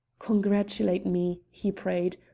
congratulate me, he prayed.